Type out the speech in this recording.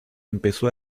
empezó